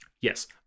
Yes